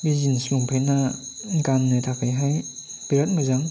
बे जिन्स लंपेन्टा गाननो थाखायहाय बेराद मोजां